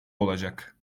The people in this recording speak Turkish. olacak